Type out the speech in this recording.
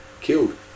killed